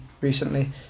recently